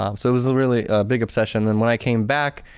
um so it was a really big obsession. then when i came back,